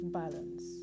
balance